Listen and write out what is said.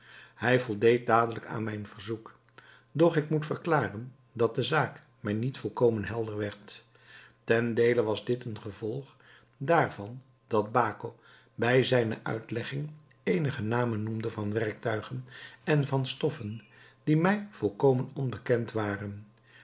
hij voldeed dadelijk aan mijn verzoek doch ik moet verklaren dat de zaak mij niet volkomen helder werd ten deele was dit een gevolg daarvan dat baco bij zijne uitlegging eenige namen noemde van werktuigen en van stoffen die mij volkomen onbekend waren